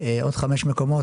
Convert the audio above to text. כל המרחבים שלנו,